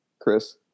Chris